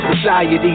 society